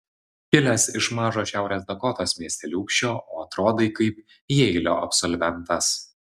kilęs iš mažo šiaurės dakotos miesteliūkščio o atrodai kaip jeilio absolventas